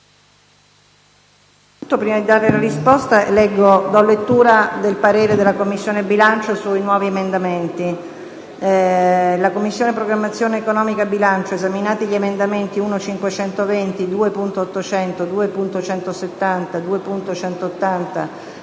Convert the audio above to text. Prima di darle una risposta, do lettura del parere espresso dalla 5a Commissione sui nuovi emendamenti. «La Commissione programmazione economica, bilancio, esaminati gli emendamenti 1.520, 2.800, 2.170, 2.180, 3.1000,